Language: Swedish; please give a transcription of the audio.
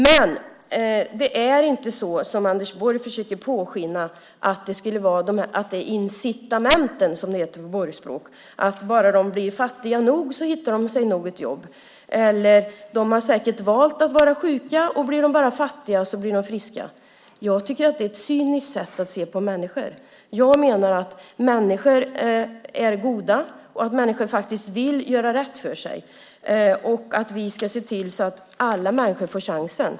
Men det är inte så som Anders Borg försöker påskina att det skulle bero på incitamenten, som det heter på Borgspråk - att blir de bara fattiga nog så hittar de sig nog ett jobb, eller de har säkert valt att vara sjuka, och blir de bara fattiga så blir de friska. Jag tycker att det är ett cyniskt sätt att se på människor. Jag menar att människor är goda och att människor faktiskt vill göra rätt för sig och att vi ska se till att alla människor får chansen.